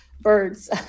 birds